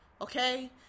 okay